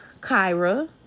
Kyra